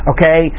Okay